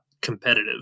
competitive